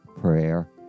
prayer